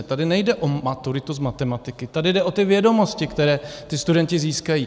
Tady nejde o maturitu z matematiky, tady jde o ty vědomosti, které ti studenti získají.